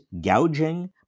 gouging